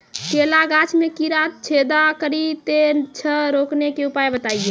केला गाछ मे कीड़ा छेदा कड़ी दे छ रोकने के उपाय बताइए?